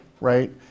right